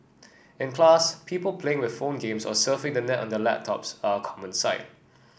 in class people playing with phone games or surfing the net on their laptops are a common sight